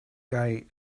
guy